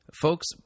Folks